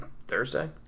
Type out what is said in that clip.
Thursday